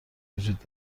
وجود